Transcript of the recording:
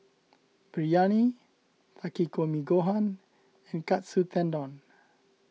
Biryani Takikomi Gohan and Katsu Tendon